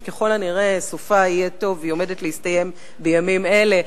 שככל הנראה סופה יהיה טוב והיא עומדת להסתיים בימים אלה.